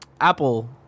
Apple